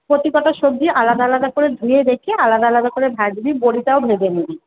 প্রতিকটা সবজি আলাদা আলাদা করে ধুয়ে রেখে আলাদা আলাদা করে ভাজবি বড়িটাও ভেজে নিবি